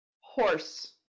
Horse